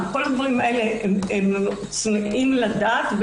את כל הדברים האלה הם צמאים לדעת.